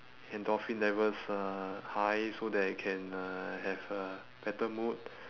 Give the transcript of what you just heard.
endorphin levels uh high so that I can uh have a better mood